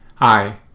Hi